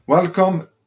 Welcome